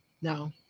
No